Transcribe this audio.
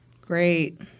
Great